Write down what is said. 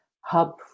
hub